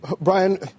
Brian